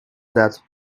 that